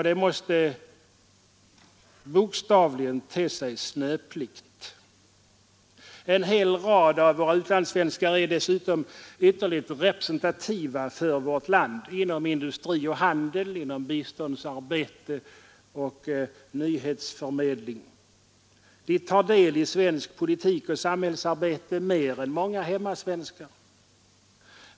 Det måste bokstavligen te sig snöpligt. En hel rad av våra utlandssvenskar är dessutom ytterligt representativa för vårt land inom industri och handel, inom biståndsarbete och nyhetsförmedling. De tar del i svensk politik och svenskt samhällsarbete mer än många hemmasvenskar.